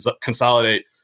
consolidate